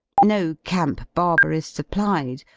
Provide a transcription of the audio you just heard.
no camp barber is supplied,